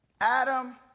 Adam